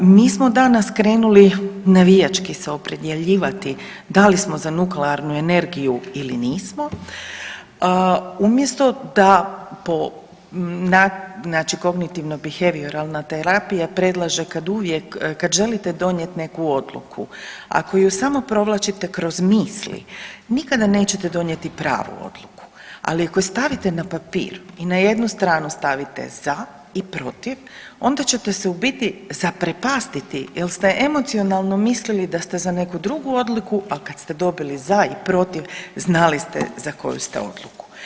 Mi smo danas krenuli navijački se opredjeljivati da li smo za nuklearnu energiju ili nismo umjesto da po znači kognitivno bihevioralna terapija predlaže kad uvijek, kad želite donijet neku odluku, ako ju samo provlačite kroz misli nikada nećete donijeti pravu odluku, ali ako je stavite na papir i na jednu stranu stavite za i protiv onda ćete se u biti zaprepastiti jel ste emocionalno mislili da ste za neku drugu odluku, a kad ste dobili za i protiv znali ste za koju ste odluku.